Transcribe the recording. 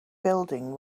building